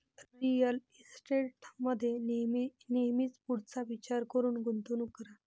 real इस्टेटमध्ये नेहमी पुढचा विचार करून गुंतवणूक करा